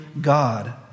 God